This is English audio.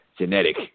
genetic